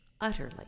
utterly